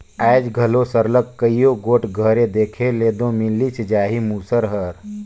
आएज घलो सरलग कइयो गोट घरे देखे ले दो मिलिच जाही मूसर हर